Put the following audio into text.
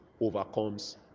overcomes